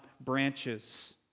branches